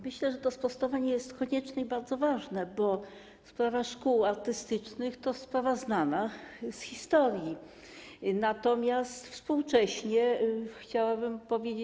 Myślę, że to sprostowanie jest konieczne i bardzo ważne, bo sprawa szkół artystycznych to sprawa znana z historii, natomiast współcześnie chciałabym powiedzieć.